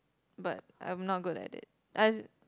but I'm not good at it I just